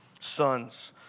sons